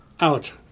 Out